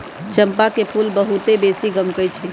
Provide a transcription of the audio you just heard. चंपा के फूल बहुत बेशी गमकै छइ